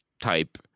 type